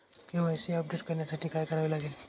KYC update करण्यासाठी काय करावे लागेल?